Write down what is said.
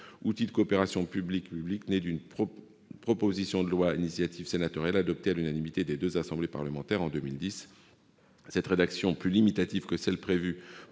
outil de coopération publique-privée né d'une proposition de loi d'initiative sénatoriale adoptée à l'unanimité des deux assemblées parlementaires en 2010. Cette rédaction est plus limitative que celle qui